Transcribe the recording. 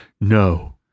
no